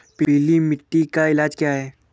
पीली मिट्टी का इलाज क्या है?